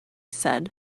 said